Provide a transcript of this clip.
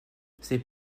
c’est